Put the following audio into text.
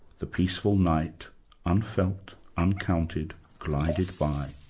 the peaceful night unfelt, uncounted, glided by.